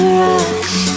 rush